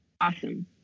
Awesome